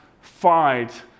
fight